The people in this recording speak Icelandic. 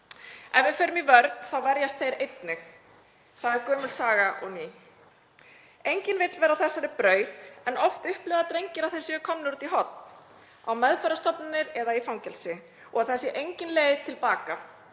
Ef við förum í vörn þá verjast þeir einnig. Það er gömul saga og ný. Enginn vill vera á þessari braut en oft upplifa drengir að þeir séu komnir út í horn, á meðferðarstofnanir eða í fangelsi, og að það sé engin leið til baka.